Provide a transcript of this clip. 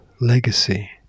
legacy